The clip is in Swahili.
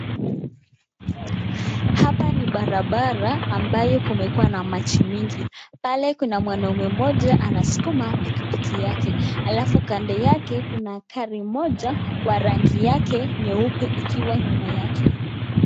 Hapa ni barabara ambayo kumekuwa na maji mingi pale kuna mwanaume mmoja anaskuma pikipiki yake alafu kando yake kuna gari moja kwa rangi yake nyeupe ikiwa nyuma yake.